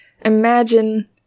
Imagine